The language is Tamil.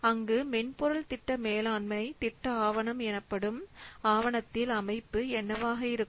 அங்கு மென்பொருள் திட்ட மேலாண்மை திட்ட ஆவணம் எனப்படும் ஆவணத்தில் அமைப்பு என்னவாக இருக்கும்